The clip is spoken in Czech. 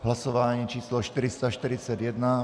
Hlasování číslo 441.